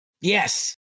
Yes